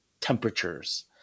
temperatures